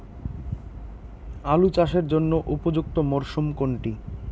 আলু চাষের জন্য উপযুক্ত মরশুম কোনটি?